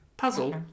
puzzle